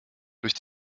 durch